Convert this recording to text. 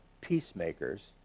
peacemakers